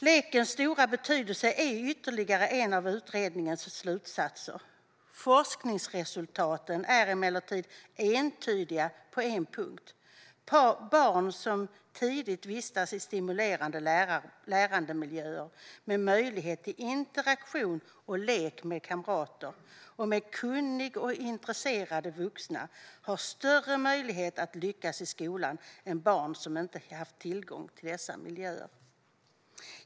Lekens stora betydelse är ytterligare en av utredningens slutsatser: "Forskningsresultaten är emellertid entydiga på en punkt; barn som tidigt vistas i stimulerande lärandemiljöer med möjligheter till interaktion och lek med kamrater, och med kunniga och intresserade vuxna har större möjligheter att lyckas i skolan än barn som inte haft tillgång till dessa miljöer."